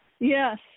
Yes